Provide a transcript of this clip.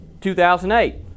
2008